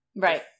Right